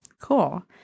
Cool